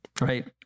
right